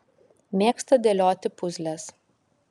mėgsta dėlioti puzles